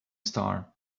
star